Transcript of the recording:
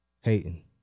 hating